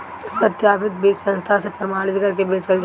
सत्यापित बीज संस्था से प्रमाणित करके बेचल जाला